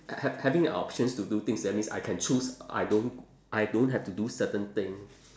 ha~ having the options to do things that means I can choose I don't I don't have to do certain thing